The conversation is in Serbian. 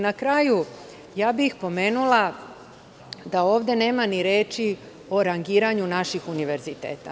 Na kraju, pomenula bih da ovde nema ni reči o rangiranju naših univerziteta.